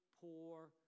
poor